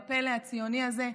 בפלא הציוני הזה,